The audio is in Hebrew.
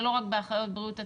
זה לא רק באחיות בריאות הציבור,